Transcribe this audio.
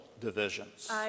divisions